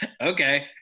Okay